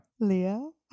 Leo